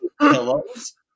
pillows